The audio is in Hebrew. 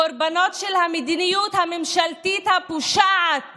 קורבנות של המדיניות הממשלתית הפושעת